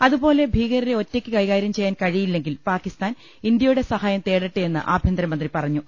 അതുപോലെ ഭീകരർ ഒറ്റയ്ക്ക് കൈകാര്യം ചെയ്യാൻ കഴി യില്ലെങ്കിൽ പാകിസ്ഥാൻ ഇന്ത്യയുടെ സഹായം തേടട്ടെ എന്ന് ആഭ്യന്തര മന്ത്രി പറഞ്ഞു